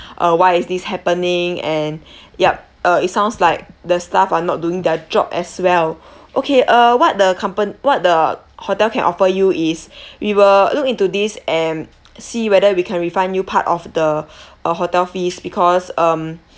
uh why is this happening and yup uh it sounds like the staff are not doing their job as well okay uh what the compan~ what the hotel can offer you is we will look into this and see whether we can refund you part of the uh hotel fees because um